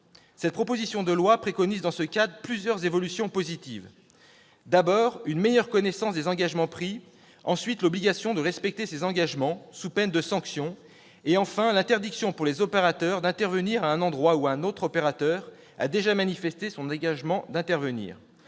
Cette proposition de loi préconise dans ce cadre plusieurs évolutions positives : d'abord, une meilleure connaissance des engagements pris ; ensuite, l'obligation de respecter ces engagements sous peine de sanctions ; enfin, l'interdiction pour les opérateurs d'intervenir à un endroit où un autre opérateur a déjà manifesté son engagement d'intervenir.